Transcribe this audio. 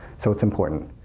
so it's important.